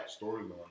Storyline